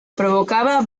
provocaba